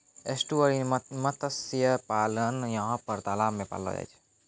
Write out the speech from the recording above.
estuarine मत्स्य पालन यहाँ पर तलाव मे पाललो जाय छै